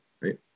right